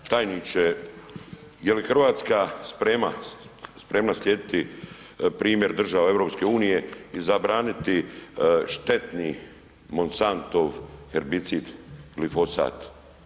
Tajniče, je li RH spremna slijediti primjer država EU i zabraniti štetni Monsantov herbicid, glifosat?